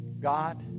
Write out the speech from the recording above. God